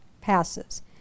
passes